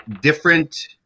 different